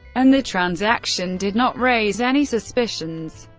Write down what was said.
and the transaction did not raise any suspicions.